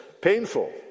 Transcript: painful